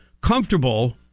comfortable